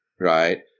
Right